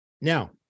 Now